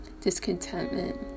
discontentment